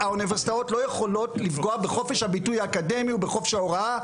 האוניברסיטאות לא יכולות לפגוע בחופש הביטוי האקדמי ובחופש ההוראה.